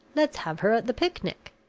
let's have her at the picnic.